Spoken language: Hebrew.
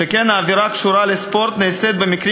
שכן עבירה הקשורה לספורט נעשית במקרים